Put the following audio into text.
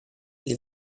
les